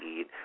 eat